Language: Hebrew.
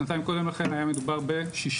שנתיים קודם לכן היה מדובר ב-6%.